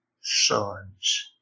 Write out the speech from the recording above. sons